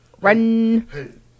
run